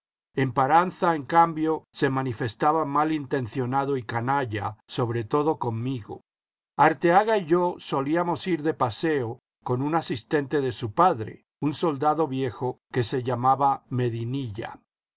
efusión emparanza en cambio se manifestaba mal intencionado y canalla sobre todo conmigo arteaga y yo solíamos ir de paseo con un asistente de su padre un soldado viejo que se llamaba medinilla